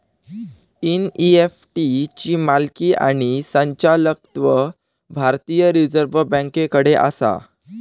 NEFT ची मालकी आणि संचालकत्व भारतीय रिझर्व बँकेकडे आसा